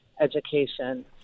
education